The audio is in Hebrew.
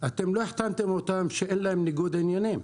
שאתם לא החתמתם אותם שאין להם ניגוד עניינים.